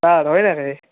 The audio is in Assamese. অঁ হয় নেকি